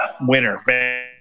winner